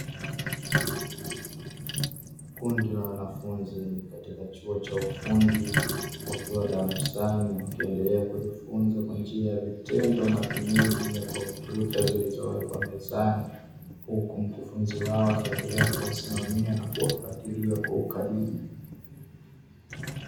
Kundi la wanafunzi katika chuo cha ufundi, wakiwa darasani wakiendelea kujifunza kwa kutumia vitendo matumizi ya kompyuta zilizowekwa mezani, huku mkufunzi wao akiendelea kuwasimamia na kuwafatilia kwa ukaribu.